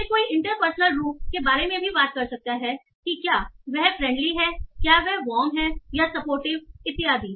फिर कोई इंटरपर्सनल रुप के बारे में बात कर सकता है कि क्या वह फ्रेंडली है क्या वह वारम है या सपोर्टिव इत्यादि